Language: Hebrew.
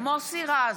מוסי רז,